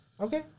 Okay